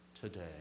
today